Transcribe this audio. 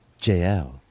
JL